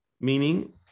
meaning